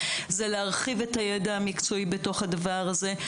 זה להרחיב את הידע המקצועי בדבר הזה.